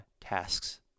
tasks